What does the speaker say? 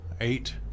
eight